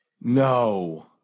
No